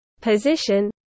position